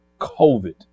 COVID